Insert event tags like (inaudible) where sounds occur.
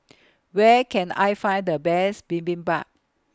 (noise) Where Can I Find The Best Bibimbap